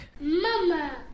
Mama